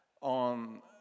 on